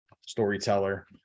storyteller